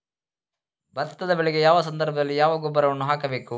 ಭತ್ತದ ಬೆಳೆಗೆ ಯಾವ ಸಂದರ್ಭದಲ್ಲಿ ಯಾವ ಗೊಬ್ಬರವನ್ನು ಹಾಕಬೇಕು?